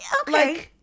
okay